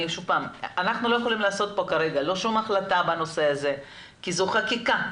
אנחנו כרגע לא יכולים לקבל החלטה בנושא הזה כי זאת חקיקה.